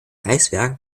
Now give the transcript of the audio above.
reichswehr